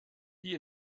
die